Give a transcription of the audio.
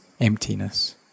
emptiness